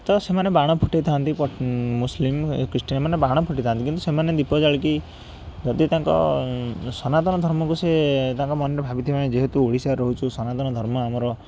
ତ ସେମାନେ ବାଣ ଫୁଟେଇଥାନ୍ତି ମୁସଲିମ୍ ଖ୍ରୀଷ୍ଟିଆନମାନେ ବାଣ ଫୁଟେଇଥାନ୍ତି କିନ୍ତୁ ସେମାନେ ଦୀପ ଜାଳିକି ଯଦି ତାଙ୍କ ସନାତନ ଧର୍ମକୁ ସିଏ ତାଙ୍କ ମନରେ ଭାବିଥାନ୍ତି ଯେହେତୁ ଓଡ଼ିଶାରେ ରହୁଛୁ ସନାତନ ଧର୍ମ ଆମର